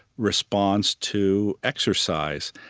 responds to exercise.